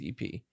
EP